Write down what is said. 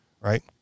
right